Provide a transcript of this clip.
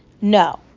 No